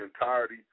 entirety